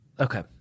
Okay